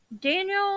Daniel